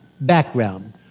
background